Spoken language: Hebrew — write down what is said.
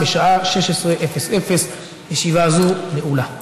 בשעה 16:00. ישיבה זו נעולה.